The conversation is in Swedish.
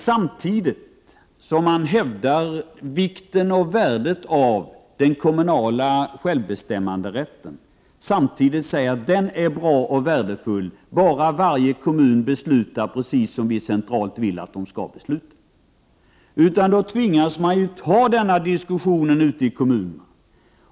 Samtidigt som man hävdar vikten och värdet av den kommunala självbestämmanderätten kan man emellertid inte säga att den är bra och värdefull bara om varje kommun beslutar precis som vi centralt vill att de skall besluta. Man tvingas här ta denna diskussion ute i kommunerna.